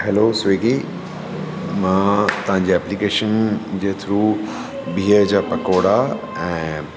hello Swiggy मां तव्हांजे application जे थ्रू बिह जा पकौड़ा ऐं